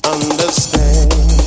Understand